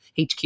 HQ